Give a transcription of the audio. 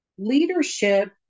Leadership